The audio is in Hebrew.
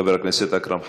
חבר הכנסת אכרם חסון,